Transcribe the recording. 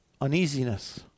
uneasiness